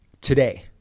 today